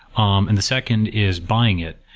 um and the second is buying it.